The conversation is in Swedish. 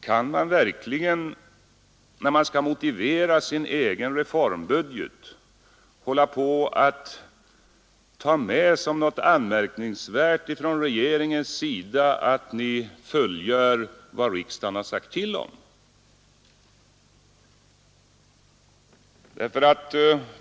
Kan man verkligen när man skall motivera sin egen reformbudget ta med såsom något särskilt förtjänstfullt från regeringens sida att ni fullgör vad riksdagen redan har beslutat om?